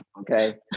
okay